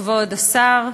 כבוד השר,